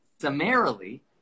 summarily